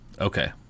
Okay